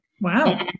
Wow